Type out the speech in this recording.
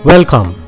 Welcome